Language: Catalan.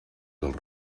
dels